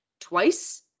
twice